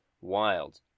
wild